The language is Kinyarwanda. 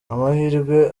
amahirwe